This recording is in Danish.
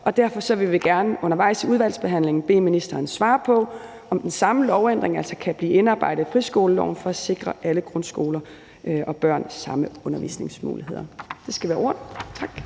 derfor vil vi gerne undervejs i udvalgsbehandlingen bede ministeren svare på, om den samme lovændring kan blive indarbejdet i friskoleloven for at sikre alle grundskoler og børn samme undervisningsmuligheder. Det skal være ordene. Tak.